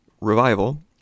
revival